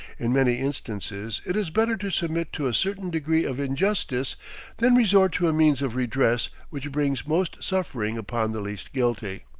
in many instances it is better to submit to a certain degree of injustice than resort to a means of redress which brings most suffering upon the least guilty.